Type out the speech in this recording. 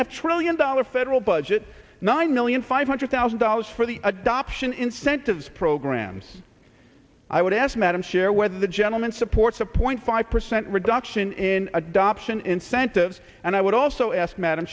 have trillion dollar federal budget nine million five hundred thousand dollars for the adoption incentives programs i would ask madam chair whether the gentleman supports a point five percent reduction in adoption incentives and i would also ask madam